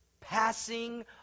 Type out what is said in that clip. passing